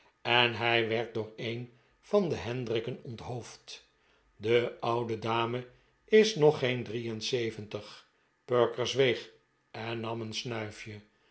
en hij werd door een van de hendrikken onthoofd de oude dame is nog geen drie en zeventig perker zweeg en nam een snuifje